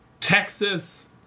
Texas